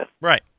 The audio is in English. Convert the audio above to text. Right